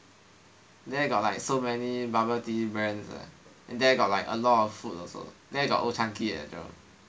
there got like so many bubble tea brands and there got a lot of food also there got old Chang-Kee eh